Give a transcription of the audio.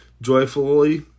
joyfully